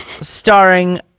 starring